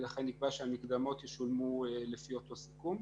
ולכן נקבע שהמקדמות ישולמו לפי אותו סיכום.